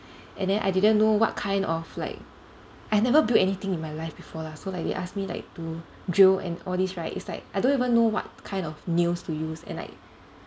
and then I didn't know what kind of like I never built anything in my life before lah so like if you ask me like to drill and all this it's like I don't even know what kind of nails to use and like